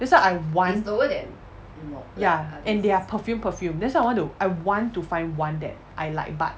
that's why I want ya and their perfume perfume that's why I want to I want to find one that I like but